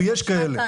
ויש כאלה,